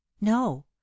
No